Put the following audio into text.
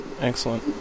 Excellent